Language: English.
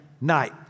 night